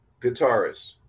guitarist